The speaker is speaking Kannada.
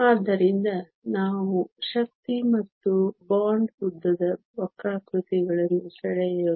ಆದ್ದರಿಂದ ನಾವು ಶಕ್ತಿ ಮತ್ತು ಬಾಂಡ್ ಉದ್ದದ ವಕ್ರಾಕೃತಿಗಳನ್ನು ಸೆಳೆಯೋಣ